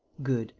good.